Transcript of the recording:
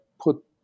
put